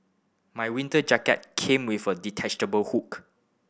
my winter jacket came with a detachable hook